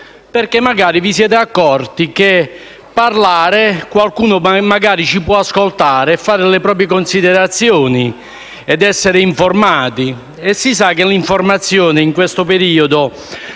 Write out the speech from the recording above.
perché forse vi siete accorti che, parlando, qualcuno vi può ascoltare e fare le proprie considerazioni ed essere informato». Si sa che l'informazione in questo periodo,